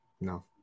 No